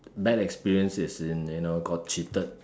bad experiences is in you know got cheated